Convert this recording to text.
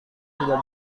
tidak